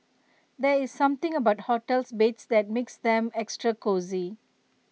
there's something about hotel's beds that makes them extra cosy